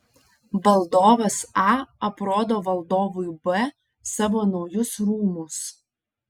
valdovas a aprodo valdovui b savo naujus rūmus